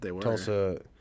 Tulsa